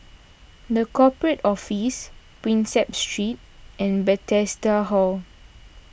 the Corporate Office Prinsep Street and Bethesda Hall